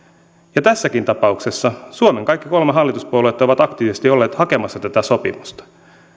tässäkin tapauksessa suomen kaikki kolme hallituspuoluetta ovat aktiivisesti olleet hakemassa tätä sopimusta